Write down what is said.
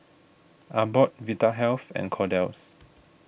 Abbott Vitahealth and Kordel's